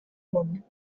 hwn